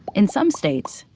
in some states,